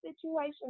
situation